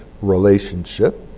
relationship